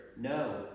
No